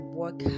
work